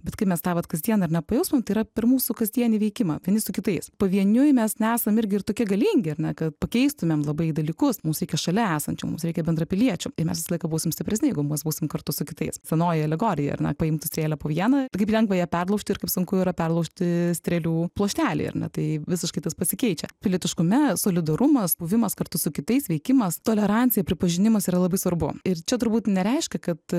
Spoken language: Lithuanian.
bet kai mes tą vat kasdien ar ne pajausmą tai yra per mūsų kasdienį veikimą vieni su kitais pavieniui mes nesam irgi tokie galingi ar na kad pakeistumėm labai dalykus mums reikia šalia esančių mums reikia bendrapiliečių ir mes visą laiką būsim stipresni jeigu mes būsim kartu su kitais senoji alegorija ar ne paimti strėlę po vieną kaip lengva ją perlaužti ir kaip sunku yra perlaužti strėlių pluoštelį ar ne tai visiškai tas pasikeičia pilietiškume solidarumas buvimas kartu su kitais veikimas tolerancija pripažinimas yra labai svarbu ir čia turbūt nereiškia kad